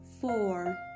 four